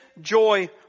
joy